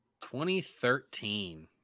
2013